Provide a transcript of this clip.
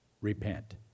repent